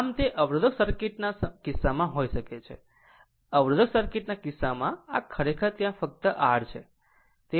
આમ આમ તે અવરોધક સર્કિટ ના કિસ્સામાં હોઈ શકે છે અવરોધક સર્કિટના કિસ્સામાં આ ખરેખર ત્યાં ફક્ત R છે